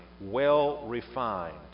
well-refined